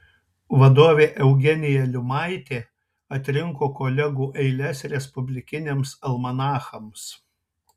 vadovė eugenija liumaitė atrinko kolegų eiles respublikiniams almanachams